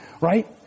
right